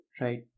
right